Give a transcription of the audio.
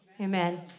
Amen